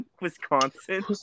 Wisconsin